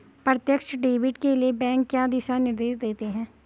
प्रत्यक्ष डेबिट के लिए बैंक क्या दिशा निर्देश देते हैं?